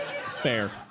Fair